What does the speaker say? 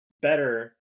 better